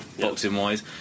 boxing-wise